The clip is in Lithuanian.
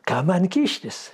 ką man kištis